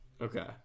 Okay